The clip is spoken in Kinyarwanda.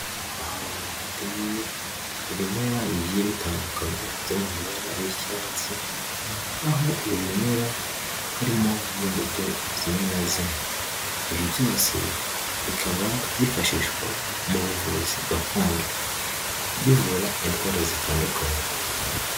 Ahantu hateye ibimera bigiye bitandukanye byo mu mabara y'icyatsi, aho ibi bimera harimo n'imbuto zimwe na zimwe, ibi byose bikaba byifashishwa mu buvuzi gakondo, bivura indwara zitandukanye.